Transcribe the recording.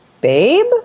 babe